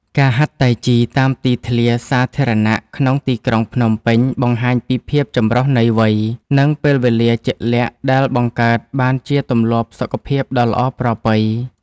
ការហាត់តៃជីតាមទីធ្លាសាធារណៈក្នុងទីក្រុងភ្នំពេញ បង្ហាញពីភាពចម្រុះនៃវ័យ និងពេលវេលាជាក់លាក់ដែលបង្កើតបានជាទម្លាប់សុខភាពដ៏ល្អប្រពៃ។